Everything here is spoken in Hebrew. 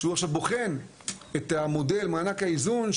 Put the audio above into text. שהוא עכשיו בוחן את מודל מענק האיזון,